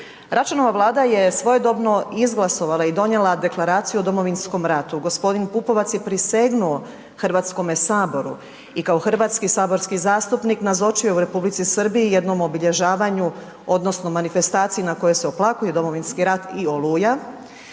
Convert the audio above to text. Račanova vlada je svojedobno izglasovala i donijela Deklaraciju o Domovinskom ratu, gospodin Pupovac je prisegnuo Hrvatskome saboru i kao hrvatski saborski zastupnik nazočio u Republici Srbiji jednom obilježavanju odnosno manifestaciji na kojoj se oplakuje Domovinski rat i Oluja